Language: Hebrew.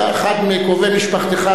היה אחד מקרובי משפחתך,